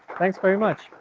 thanks very much.